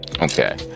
Okay